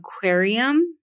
aquarium